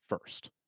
first